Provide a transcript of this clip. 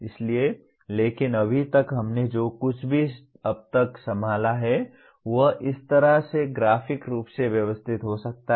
इसलिए लेकिन अभी तक हमने जो कुछ भी अब तक संभाला है वह इस तरह से ग्राफिक रूप से व्यवस्थित हो सकता है